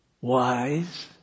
wise